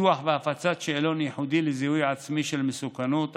פיתוח והפצת שאלון ייחודי לזיהוי עצמי של מסוכנות,